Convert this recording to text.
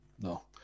No